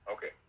Okay